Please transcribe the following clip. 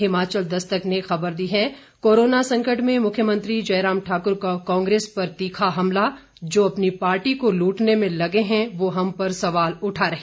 हिमाचल दस्तक ने खबर दी है कोरोना संकट में मुख्यमंत्री जयराम ठाकुर का कांग्रेस पर तीखा हमला जो अपनी पार्टी को लूटने में लगे हैं वो हम पर सवाल उठा रहे है